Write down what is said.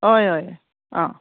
हय हय आं